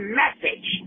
message